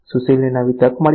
સુશીલને નવી તક મળી